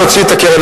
נוציא את הקרן